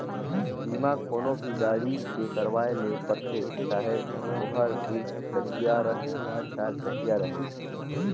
बीमा कोनो भी गाड़ी के करवाये ले परथे चाहे ओहर दुई चकिया रहें या चार चकिया रहें